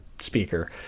speaker